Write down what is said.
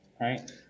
Right